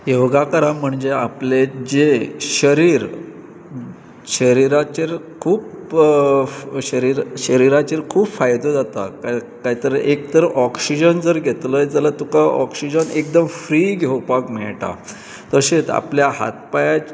योगा करप म्हणजे आपलें जें शरीर शरिराचेर खूप फ शरिरा शरिराचेर खूब फायदो जाता काय काय तर एक तर ऑक्सिजन जर घेतलय जाल्यार तुका ऑक्सिजन एकदम फ्री घेवपाक मेळटा तशेंच आपल्या हात पांयां